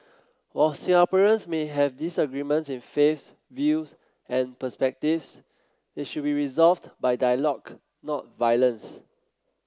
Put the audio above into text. while Singaporeans may have disagreements in faiths views and perspectives they should be resolved by dialogue not violence